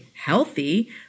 healthy